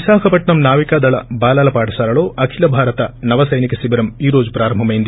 విశాఖపట్నం నావికాదళ బాలల పాఠశాలలో అఖిల భారత నవ సైనిక శిబిరం ఈ రోజు ప్రారంభమైంది